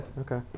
Okay